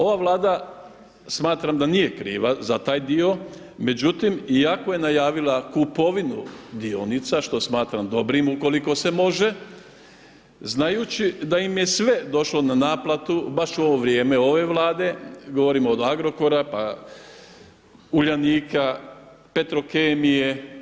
Ova Vlada smatram da nije kriva za taj dio, međutim iako je najavila kupovinu dionica, što smatram dobrim ukoliko se može, znajući da im je sve došlo na naplatu baš u ovo vrijeme ove Vlade, govorim od Agrokora, pa Uljanika, Petrokemije.